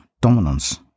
dominance